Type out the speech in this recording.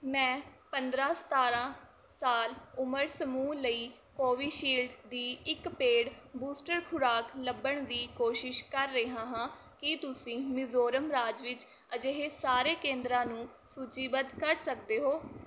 ਮੈਂ ਪੰਦਰ੍ਹਾਂ ਸਤਾਰ੍ਹਾਂ ਸਾਲ ਉਮਰ ਸਮੂਹ ਲਈ ਕੋਵਿਸ਼ੀਲਡ ਦੀ ਇੱਕ ਪੇਡ ਬੂਸਟਰ ਖੁਰਾਕ ਲੱਭਣ ਦੀ ਕੋਸ਼ਿਸ਼ ਕਰ ਰਿਹਾ ਹਾਂ ਕੀ ਤੁਸੀਂ ਮਿਜ਼ੋਰਮ ਰਾਜ ਵਿੱਚ ਅਜਿਹੇ ਸਾਰੇ ਕੇਂਦਰਾਂ ਨੂੰ ਸੂਚੀਬੱਧ ਕਰ ਸਕਦੇ ਹੋ